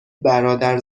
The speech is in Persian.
برادر